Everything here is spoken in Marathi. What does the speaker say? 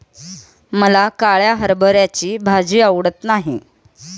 मला काळ्या हरभऱ्याची भाजी आवडत नाही